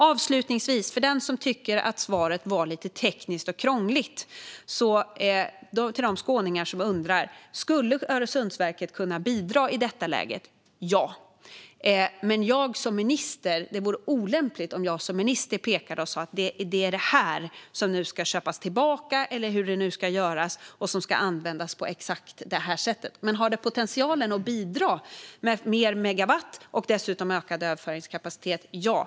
Avslutningsvis vill jag till dem som tycker att svaret var lite tekniskt och krångligt och till de skåningar som undrar om Öresundsverket skulle kunna bidra i detta läge säga: Ja, men det vore olämpligt om jag som minister pekade och sa att det är detta som nu ska köpas tillbaka, eller hur det nu ska göras, och som ska användas på exakt detta sätt. Men på frågan om det har potential att bidra med mer megawatt och dessutom ökad överföringskapacitet är mitt svar ja.